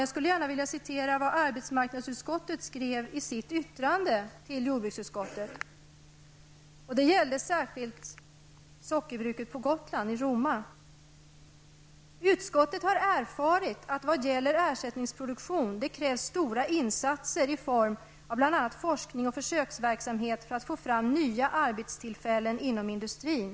Jag skulle gärna vilja citera vad arbetsmarknadsutskottet skrev i sitt yttrande till jordbruksutskottet vad gäller ersättningsproduktion -- det gällde särskilt sockerbruket på Gotland, i Roma -- att ''det krävs stora insatser i form av bl.a. forskning och försöksverksamhet för att få fram nya arbetstillfällen inom industrin.